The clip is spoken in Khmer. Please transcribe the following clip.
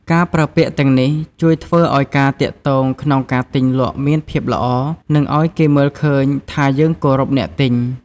ការប្រើពាក្យទាំងនេះជួយធ្វើឲ្យការទាក់ទងក្នុងការទិញលក់មានភាពល្អ និងអោយគេមើលឃើញថាយើងគោរពអ្នកទិញ។